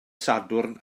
sadwrn